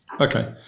Okay